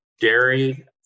dairy